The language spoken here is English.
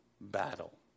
battle